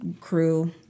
crew